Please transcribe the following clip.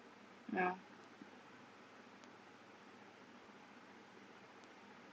ya